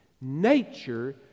Nature